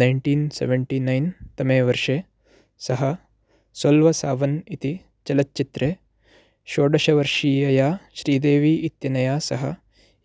nineteen seventy nine तमे वर्षे सः सोल्व सावन् इति चलच्चित्रे षोडशवर्षीयया श्रीदेवी इत्यनया सह